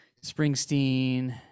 springsteen